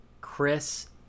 chris